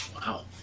Wow